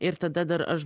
ir tada dar aš